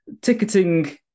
ticketing